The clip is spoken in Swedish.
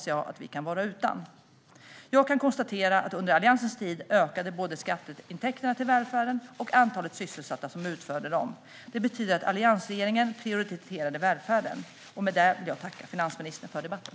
Jag kan konstatera: Under Alliansens tid ökade både skatteintäkterna till välfärden och antalet sysselsatta som utförde det arbetet. Det betyder att alliansregeringen prioriterade välfärden. Med detta vill jag tacka finansministern för debatten.